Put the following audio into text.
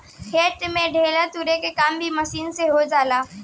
खेत में ढेला तुरे के काम भी मशीन से हो जाला